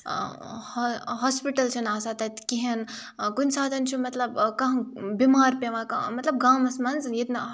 hospital چھِنہٕ آسان تَتہِ کِہیٖنۍ کُنہِ ساتہٕ چھُ مطلب کانٛہہ بیمار پیٚوان کانٛہہ مطلب گامَس منٛز ییٚتہِ نہٕ